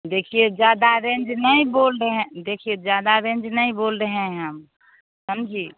देखिए ज़्यादा रेंज नहीं बोल रहें देखिए ज़्यादा रेंज नहीं बोल रहें हैं हम समझी